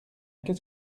qu’est